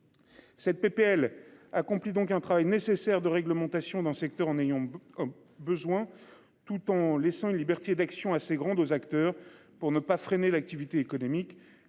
Cette PPL accompli donc un travail nécessaire de réglementation dans le secteur en ayant. Besoin tout en laissant une liberté d'action assez grande aux acteurs pour ne pas freiner l'activité économique.